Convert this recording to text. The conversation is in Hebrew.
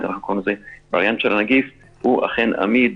אנחנו קוראים לזה הווריאנט של הנגיף הוא אכן עמיד